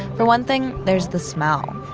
for one thing, there is the smell.